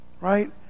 right